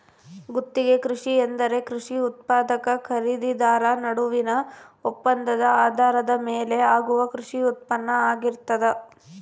ಗುತ್ತಿಗೆ ಕೃಷಿ ಎಂದರೆ ಕೃಷಿ ಉತ್ಪಾದಕ ಖರೀದಿದಾರ ನಡುವಿನ ಒಪ್ಪಂದದ ಆಧಾರದ ಮೇಲೆ ಆಗುವ ಕೃಷಿ ಉತ್ಪಾನ್ನ ಆಗಿರ್ತದ